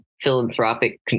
philanthropic